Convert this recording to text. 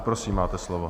Prosím, máte slovo.